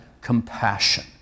compassion